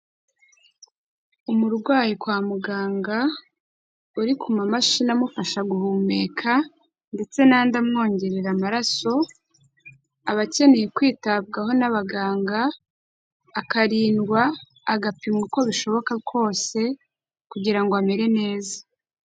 Umurwayi kwa muganga uri ku mamashini amufasha guhumeka ndetse n'andi amwongerera amaraso, aba akeneye kwitabwaho n'abaganga, akarindwa agapimwa uko bishoboka kose kugira ngo amere neza.